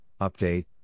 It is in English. update